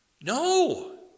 No